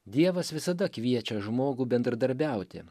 dievas visada kviečia žmogų bendradarbiauti